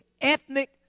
ethnic